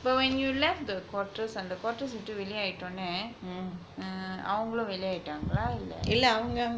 but when you left the quarters அந்த:antha quarters விட்டு வெளிய ஆய்ட்டோன அவங்களும் வெளிய ஆயிட்டாங்களா இல்ல:vittu veliya aayittona avangalum veliya aaittaangalaa illa